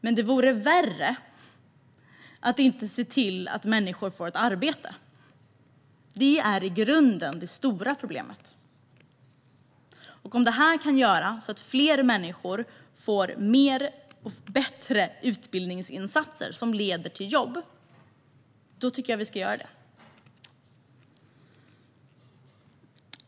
Men det vore värre att inte se till att människor får ett arbete - det är i grunden det stora problemet. Om detta kan göra att fler människor får ta del av större och bättre utbildningsinsatser, som leder till jobb, tycker jag att vi ska genomföra det.